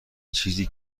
چیزی